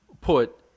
put